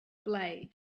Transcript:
blades